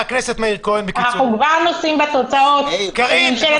אנחנו כבר נושאים בתוצאות של ממשלת חירום קורונה.